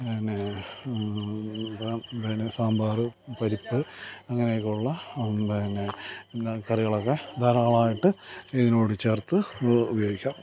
പിന്നെ പിന്നെ സാമ്പാര് പരിപ്പ് അങ്ങനെയൊക്കെയുള്ള പിന്നെ കറികളൊക്കെ ധാരാളമായിട്ട് ഇതിനോട് ചേർത്ത് ഉപയോഗിക്കാറുണ്ട്